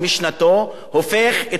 הופך את כל הדברים האלה,